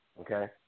okay